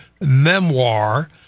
memoir